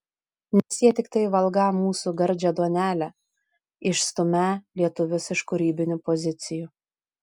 nes jie tiktai valgą mūsų gardžią duonelę išstumią lietuvius iš kūrybinių pozicijų